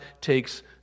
takes